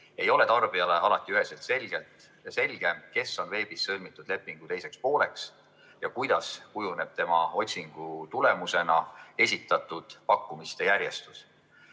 ei ole tarbijale alati üheselt selge, kes on veebis sõlmitud lepingu teiseks pooleks ja kuidas kujuneb tema otsingu tulemusena esitatud pakkumiste järjestus.